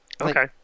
Okay